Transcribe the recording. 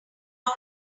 not